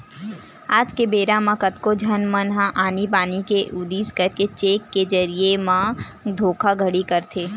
आज के बेरा म कतको झन मन ह आनी बानी के उदिम करके चेक के जरिए म धोखाघड़ी करथे